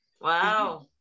Wow